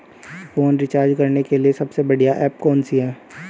Phone recharge करने के लिए सबसे बढ़िया ऐप कौन सी है?